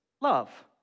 love